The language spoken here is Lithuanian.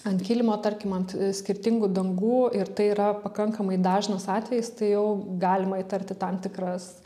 ant kilimo tarkim ant skirtingų dangų ir tai yra pakankamai dažnas atvejis tai jau galima įtarti tam tikras